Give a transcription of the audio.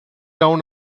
down